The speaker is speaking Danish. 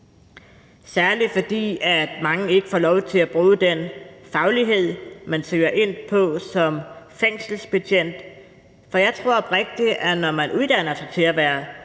særlig fordi mange ikke får lov til at bruge den faglighed, man søger ind på som fængselsbetjent. For jeg tror oprigtigt, at det, når man uddanner sig til at være